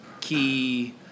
key